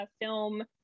film